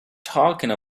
talking